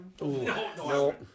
No